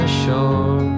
shore